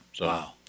Wow